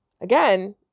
Again